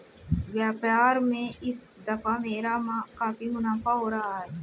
व्यापार में इस दफा मेरा काफी मुनाफा हो रहा है